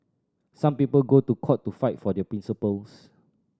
some people go to court to fight for their principles